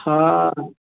हाँ